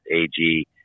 AG